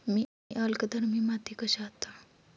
मी अल्कधर्मी माती कशी हाताळू?